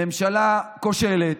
ממשלה כושלת,